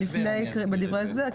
נבחן את זה, רק בדברי ההסבר נכתוב את זה.